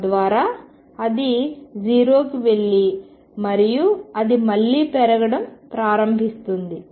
తద్వారా అది 0కి వెళ్ళి మరియు అది మళ్ళీ పెరగడం ప్రారంభిస్తుంది